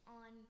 on